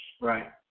Right